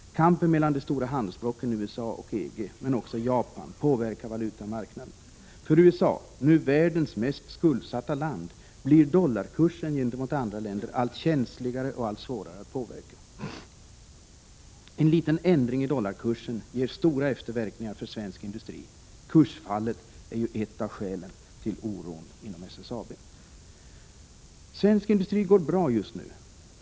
Kampen mellan de stora handelsblocken USA och EG, men också Japan, påverkar valutamarknaden. För USA, nu världens mest skuldsatta land, blir dollarkursen gentemot andra länder allt känsligare och allt svårare att påverka. En liten ändring i dollarkursen ger stora efterverkningar för svensk industri. Kursfallet är ju ett av skälen till oron inom SSAB. Svensk industri går bra just nu.